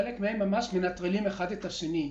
וחלק מהם ממש מנטרלים אחד את השני.